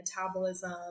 metabolism